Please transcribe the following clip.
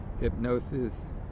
hypnosis